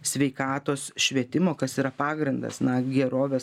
sveikatos švietimo kas yra pagrindas na gerovės